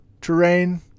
terrain